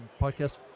Podcast